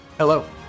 Hello